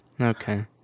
Okay